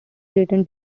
written